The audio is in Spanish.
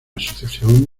asociación